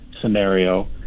scenario